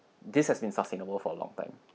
this has been sustainable for a long time